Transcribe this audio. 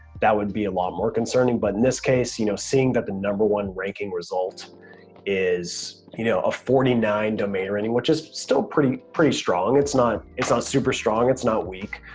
that would be a lot more concerning. but in this case, you know seeing that the number one ranking result is you know a forty nine domain rating, which is still pretty pretty strong. it's not it's not super strong. it's not weak.